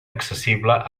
accessible